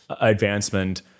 advancement